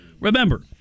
remember